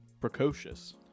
precocious